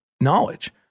knowledge